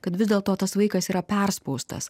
kad vis dėlto tas vaikas yra perspaustas